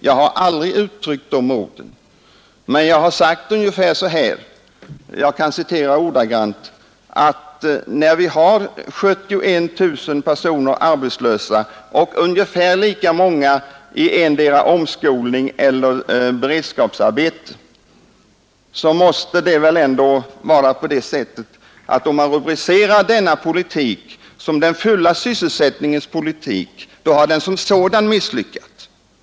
Det har jag aldrig gjort. Jag har sagt, att när vi har 71 000 personer arbetslösa och ungefär lika många i endera omskolning eller beredskapsarbete, måste den fulla sysselsättningens politik som sådan ha misslyckats.